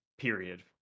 period